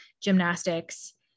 gymnastics